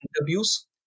interviews